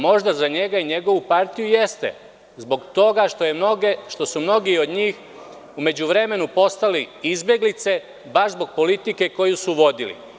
Možda za njega i njegovu partiju jeste, zbog toga što su mnogi od njih u međuvremenu postali izbeglice baš zbog politike koju su vodili.